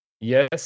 Yes